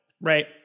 Right